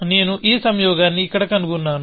నేను ఈ సంయోగాన్ని ఇక్కడ కనుగొన్నాను